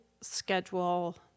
schedule